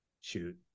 shoot